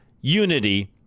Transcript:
unity